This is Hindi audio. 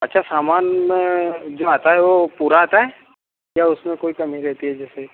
अच्छा सामान जो आता है वह पूरा आता है या उसमें कोई कमी रहती है जैसे